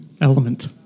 Element